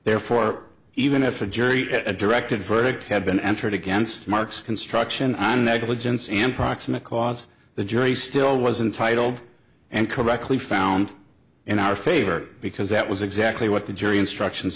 therefore even if a jury a directed verdict had been entered against marks construction on negligence and proximate cause the jury still wasn't titled and correctly found in our favor because that was exactly what the jury instructions